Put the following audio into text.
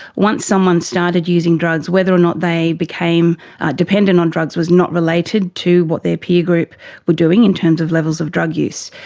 once someone started using drugs, whether or not they became dependent on drugs was not related to what their peer group were doing in terms of levels of drug use,